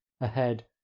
Ahead